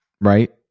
right